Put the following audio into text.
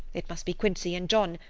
it must be quincey and john.